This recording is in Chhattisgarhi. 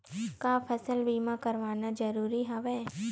का फसल बीमा करवाना ज़रूरी हवय?